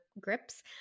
grips